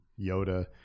Yoda